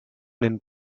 den